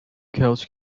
couch